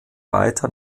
weiter